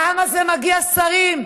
לעם הזה מגיע שרים.